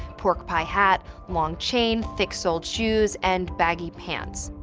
pork pie hat, long chain, thick-soled shoes, and baggy pants.